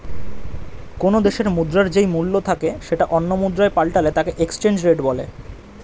কোনো দেশের মুদ্রার যেই মূল্য থাকে সেটা অন্য মুদ্রায় পাল্টালে তাকে এক্সচেঞ্জ রেট বলে